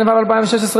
התשע"ו 2016,